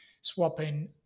swapping